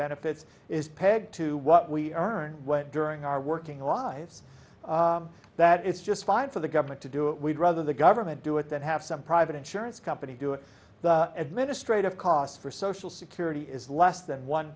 benefits is pegged to what we earn when during our working lives that it's just fine for the government to do it we'd rather the government do it then have some private insurance company do it the administrative costs for social security is less than one